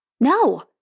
No